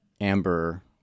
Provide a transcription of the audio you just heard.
amber